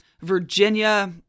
Virginia